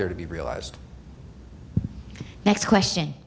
there to be realized next question